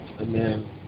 Amen